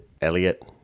Elliot